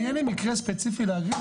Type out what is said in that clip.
אין לי מקרה ספציפי להגיד,